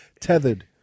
tethered